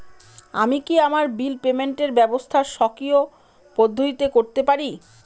আমি কি আমার বিল পেমেন্টের ব্যবস্থা স্বকীয় পদ্ধতিতে করতে পারি?